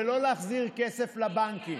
ולא להחזיר כסף לבנקים.